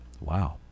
Wow